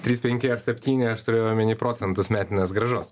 trys penki ar septyni aš turiu omeny procentus metinės grąžos